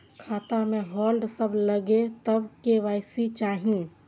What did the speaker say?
खाता में होल्ड सब लगे तब के.वाई.सी चाहि?